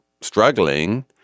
struggling